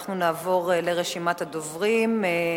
אנחנו נעבור לרשימת הדוברים.